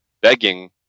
begging